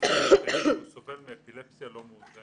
רפואי עדכני כי הוא סובל מאפילפסיה לא מאוזנת.